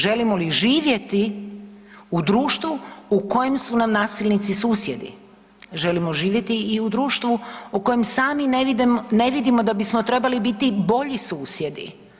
Želimo li živjeti u društvu u kojem su nam nasilnici susjedi, želimo živjeti i u društvu u kojem sami ne vidimo da bismo trebali biti bolji susjedi?